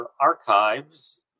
archives